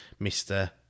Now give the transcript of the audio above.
Mr